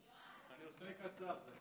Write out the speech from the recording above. אני אעשה את זה קצר.